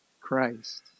Christ